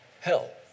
help